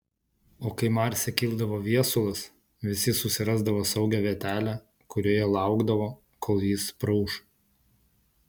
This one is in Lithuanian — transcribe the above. o kai marse kildavo viesulas visi susirasdavo saugią vietelę kurioje laukdavo kol jis praūš